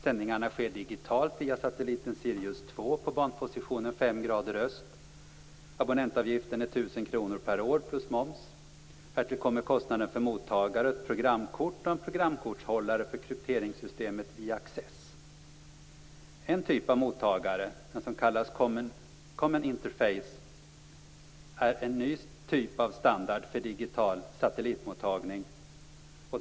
Sändningarna sker digitalt via satelliten En typ av mottagare, som kallas Common Interface, är en ny typ av standard för digital satellitmottagning.